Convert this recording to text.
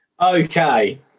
Okay